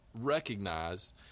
recognize